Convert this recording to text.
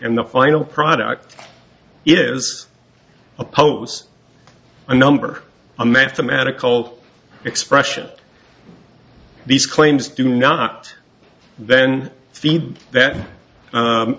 and the final product is a pose a number a mathematical expression these claims do not then feed that